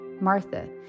Martha